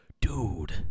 Dude